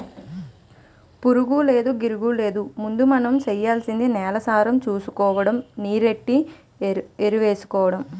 పురుగూలేదు, గిరుగూలేదు ముందు మనం సెయ్యాల్సింది నేలసారం సూసుకోడము, నీరెట్టి ఎరువేసుకోడమే